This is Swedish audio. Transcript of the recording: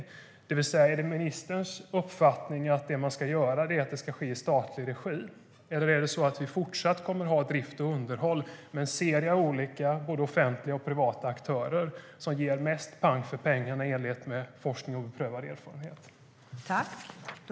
Är det ministerns uppfattning att det ska ske i statlig regi? Eller kommer drift och underhåll även fortsättningsvis skötas av en serie olika offentliga och privata aktörer, vilket i enlighet med forskning och beprövad erfarenhet ger mest pang för pengarna?